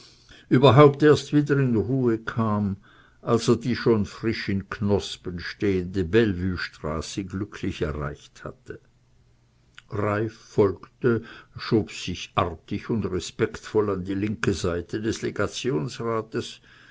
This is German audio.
überhaupt erst wieder in ruhe kam als er die schon frisch in knospen stehende bellevuestraße glücklich erreicht hatte reiff folgte schob sich artig und respektvoll an die linke seite des